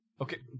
okay